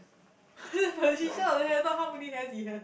know how many hairs he has